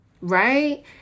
right